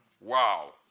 Wow